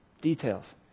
Details